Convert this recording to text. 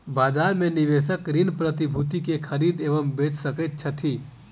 बजार में निवेशक ऋण प्रतिभूति के खरीद एवं बेच सकैत छथि